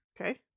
Okay